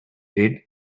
did